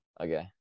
Okay